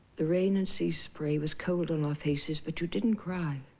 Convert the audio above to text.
the rain and sea spray was cold on our faces but you didn't cry.